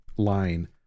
line